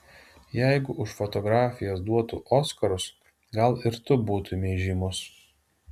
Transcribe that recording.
jeigu už fotografijas duotų oskarus gal ir tu būtumei žymus